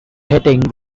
hitting